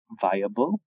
viable